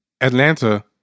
Atlanta